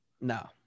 No